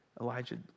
Elijah